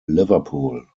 liverpool